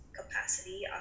capacity